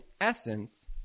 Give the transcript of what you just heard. essence